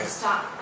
stop